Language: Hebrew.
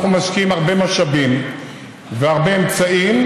אנחנו משקיעים הרבה משאבים והרבה אמצעים,